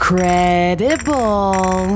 Credible